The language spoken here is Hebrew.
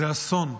זה אסון.